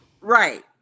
Right